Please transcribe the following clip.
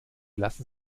lassen